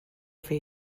for